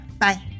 Bye